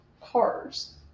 cars